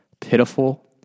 pitiful